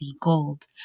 gold